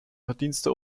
verdienste